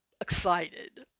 excited